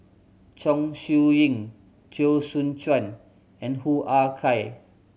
Chong Siew Ying Teo Soon Chuan and Hoo Ah Kay